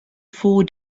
four